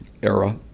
era